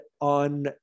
on